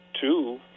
two